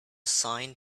sign